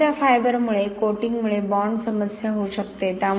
काचेच्या फायबरमुळे कोटिंगमुळे बॉण्ड समस्या होऊ शकते